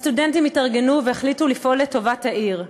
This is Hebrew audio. הסטודנטים התארגנו והחליטו לפעול לטובת העיר,